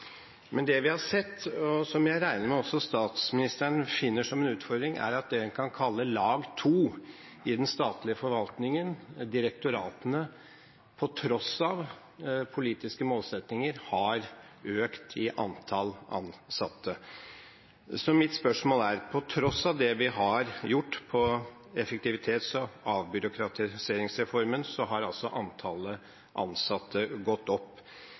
Men det vi har sett, og som jeg regner med at også statsministeren opplever som en utfordring, er at direktoratene, det en kan kalle «lag 2» i den statlige forvaltningen, har på tross av politiske målsettinger hatt en økning i antall ansatte. På tross av det vi har gjort med effektivitets- og byråkratiseringsreformen, har altså antallet ansatte gått opp.